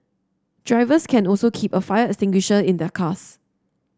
drivers can also keep a fire extinguisher in their cars